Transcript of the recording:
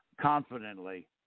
confidently